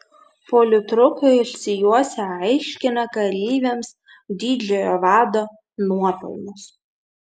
politrukai išsijuosę aiškina kareiviams didžiojo vado nuopelnus